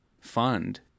fund